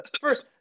First